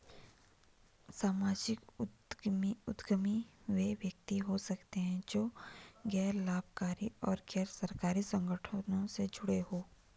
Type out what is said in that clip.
सामाजिक उद्यमी वे व्यक्ति हो सकते हैं जो गैर लाभकारी और गैर सरकारी संगठनों से जुड़े हों